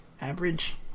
average